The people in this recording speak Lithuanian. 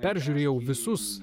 peržiūrėjau visus